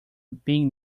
big